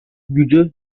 gücü